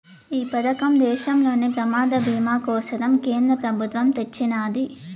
ఈ పదకం దేశంలోని ప్రమాద బీమా కోసరం కేంద్ర పెబుత్వమ్ తెచ్చిన్నాది